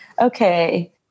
okay